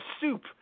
soup